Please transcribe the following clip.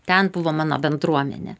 ten buvo mano bendruomenė